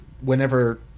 whenever